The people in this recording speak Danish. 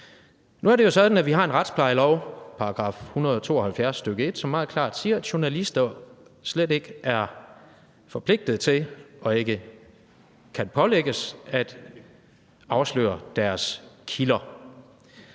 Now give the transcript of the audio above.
Nu er det jo sådan, at vi har en retsplejelov, § 172, stk. 1, som meget klart siger, at journalister slet ikke er forpligtet til og ikke kan pålægges at afsløre deres kilder.